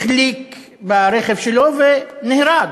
החליק הרכב שלו והוא נהרג,